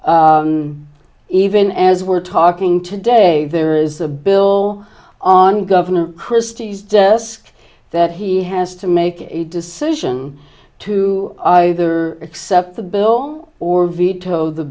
inroads even as we're talking today there is a bill on governor christie's desk that he has to make a decision to either accept the bill or veto the